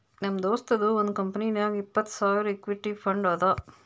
ನಮ್ ದೋಸ್ತದು ಒಂದ್ ಕಂಪನಿನಾಗ್ ಇಪ್ಪತ್ತ್ ಸಾವಿರ್ ಇಕ್ವಿಟಿ ಫಂಡ್ ಅದಾ